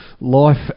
life